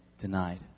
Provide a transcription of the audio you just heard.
denied